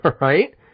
right